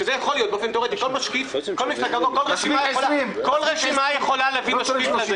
שזה מספר אפשרי באופן תיאורטי אם כל רשימה מביא משקיף.